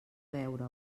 veure